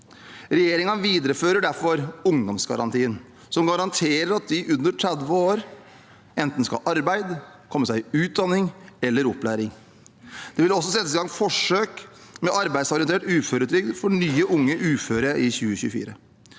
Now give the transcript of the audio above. Regjeringen viderefører derfor ungdomsgarantien, som garanterer at de under 30 år enten skal ha arbeid eller komme seg i utdanning eller opplæring. Det vil også settes i gang forsøk med arbeidsorientert uføretrygd for nye unge uføre i 2024.